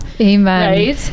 Amen